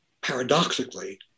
paradoxically